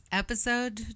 episode